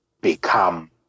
become